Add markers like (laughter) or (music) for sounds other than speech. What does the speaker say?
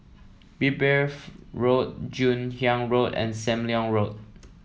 (unintelligible) Road Joon Hiang Road and Sam Leong Road